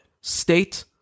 State